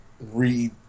read